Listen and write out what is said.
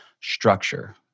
structure